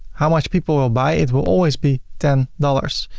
how much people will buy, it will always be ten dollars.